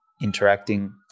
Interacting